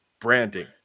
branding